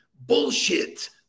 bullshit